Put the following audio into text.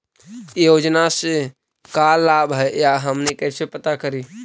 योजना से का लाभ है या हानि कैसे पता करी?